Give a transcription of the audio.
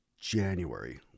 january